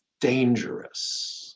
dangerous